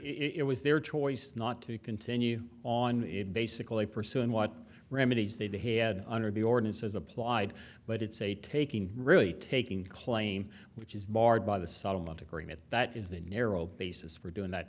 it was their choice not to continue on it basically pursuing what remedies they behead under the ordinance as applied but it's a taking really taking claim which is barred by the settlement agreement that is the narrow basis for doing that